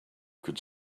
could